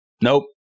Nope